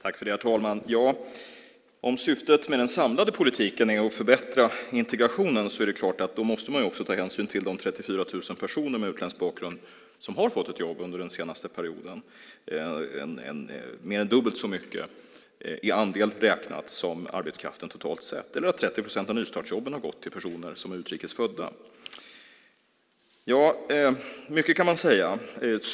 Herr talman! Om syftet med den samlade politiken är att förbättra integrationen måste man också ta hänsyn till de 34 000 personerna med utländsk bakgrund som har fått ett jobb under den senaste perioden. Det är mer än dubbelt så mycket i andel räknat som arbetskraften totalt sett - eller att 30 procent av nystartsjobben har gått till personer som är utrikes födda. Mycket kan man säga.